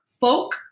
folk